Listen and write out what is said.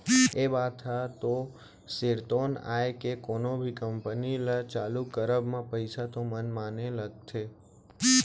ये बात ह तो सिरतोन आय के कोनो भी कंपनी ल चालू करब म पइसा तो मनमाने लगथे